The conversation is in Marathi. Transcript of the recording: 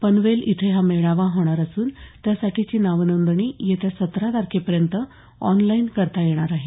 पनवेल इथे हा मेळावा होणार असून त्यासाठीची नावनोंदणी येत्या सतरा तारखेपर्यंत ऑनलाईन नोंदणी करता येणार आहे